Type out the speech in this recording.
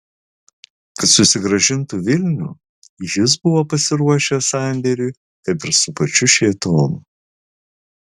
kad susigrąžintų vilnių jis buvo pasiruošęs sandėriui kad ir su pačiu šėtonu